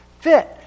fit